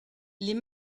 les